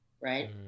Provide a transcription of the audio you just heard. right